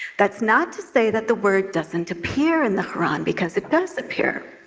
that's not to say that the word doesn't appear in the quran because it does appear.